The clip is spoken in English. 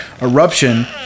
Eruption